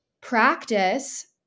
practice